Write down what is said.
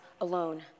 alone